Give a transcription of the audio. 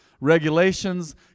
regulations